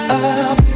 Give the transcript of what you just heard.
up